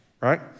right